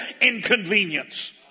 inconvenience